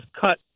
cut